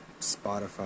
Spotify